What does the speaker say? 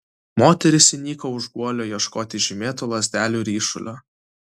moteris įniko už guolio ieškoti žymėtų lazdelių ryšulio